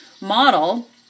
Model